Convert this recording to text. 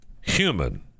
human